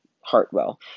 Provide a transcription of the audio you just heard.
Hartwell